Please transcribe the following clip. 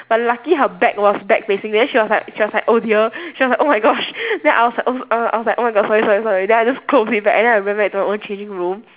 but lucky her back was back facing me then she was like she was like oh dear she was like oh my gosh then I was like oh s~ err I was like oh my god sorry sorry sorry then I just close it back and then I went back to my own changing room